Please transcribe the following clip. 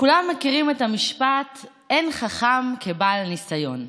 כולם מכירים את המשפט "אין חכם כבעל ניסיון".